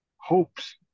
hopes